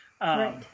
Right